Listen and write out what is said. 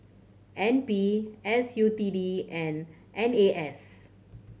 N P S U T D and N A S